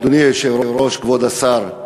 אדוני היושב-ראש, כבוד השר,